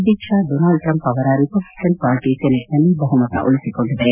ಅಧ್ಯಕ್ಷ Donald Trump ಅವರ Republican party ಸೆನೆಟ್ನಲ್ಲಿ ಬಹುಮತ ಉಳಿಸಿಕೊಂಡಿದೆ